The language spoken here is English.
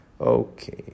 Okay